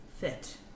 fit